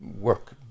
work